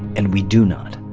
and we do not.